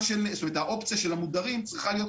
האופציה של המודרים צריכה להיות,